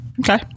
Okay